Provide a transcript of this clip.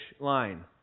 line